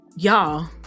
Y'all